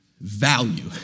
value